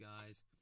guys